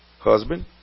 husband